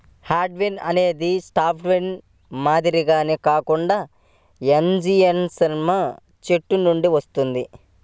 hardwood అనేది softwood మాదిరిగా కాకుండా యాంజియోస్పెర్మ్ చెట్ల నుండి వస్తుంది